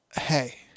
hey